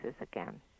again